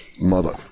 mother